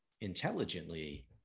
intelligently